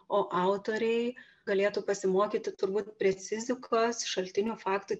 o autoriai galėtų pasimokyti turbūt precizikos šaltinių faktų